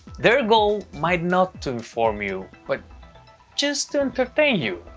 their goal might not to inform you but just entertain you.